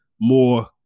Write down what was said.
more